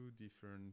different